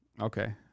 Okay